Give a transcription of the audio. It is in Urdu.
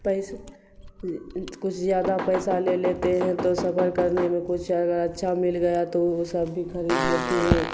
پیسے کچھ زیادہ پیسہ لے لیتے ہیں تو سفر کرنے میں کچھ اگر اچھا مل گیا تو وہ سب بھی خرید لیتی ہوں